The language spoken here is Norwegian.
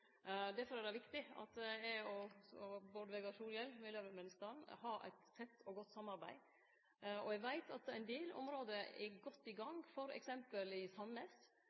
er det viktig at eg og Bård Vegar Solhjell, miljøvernministeren, har eit tett og godt samarbeid. Eg veit at ein del område er godt i gang, f.eks i Sandnes,